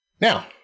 Now